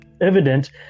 evident